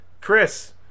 chris